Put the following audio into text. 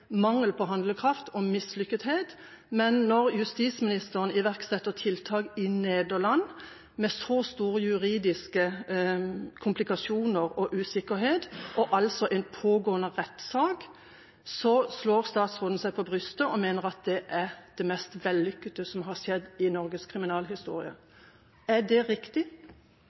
mangel på handlekraft og mislykkethet, men når justisministeren iverksetter tiltak i Nederland med så store juridiske komplikasjoner, usikkerhet og en pågående rettssak, slår statsråden seg på brystet og mener det er det mest vellykkete som har skjedd i Norges kriminalhistorie. Er det riktig?